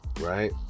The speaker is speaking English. right